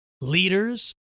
leaders